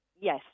Yes